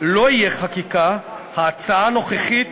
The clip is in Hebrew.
לא יהיה חקיקה, ההצעה הנוכחית